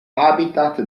habitat